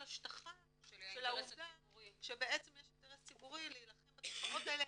השטחה של העובדה שבעצם יש אינטרס ציבורי להילחם בתופעות האלה